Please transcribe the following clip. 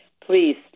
please